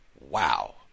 wow